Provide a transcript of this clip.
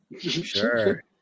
sure